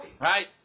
right